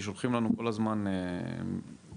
כי שולחים לנו כל הזמן פניות כאלה.